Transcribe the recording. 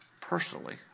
personally